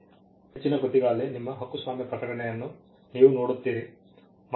ಹೆಚ್ಚಿನ ಕೃತಿಗಳಲ್ಲಿ ನಿಮ್ಮ ಹಕ್ಕುಸ್ವಾಮ್ಯ ಪ್ರಕಟಣೆಯನ್ನು ನೀವು ನೋಡುತ್ತೀರಿ